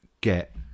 get